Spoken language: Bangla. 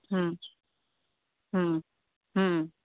হুম হুম হুম